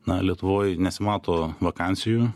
na lietuvoj nesimato vakansijų